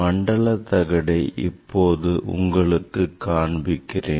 மண்டல தகடை இப்போது உங்களுக்கு காண்பிக்கிறேன்